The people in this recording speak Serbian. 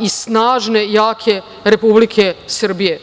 i snažne jake Republike Srbije.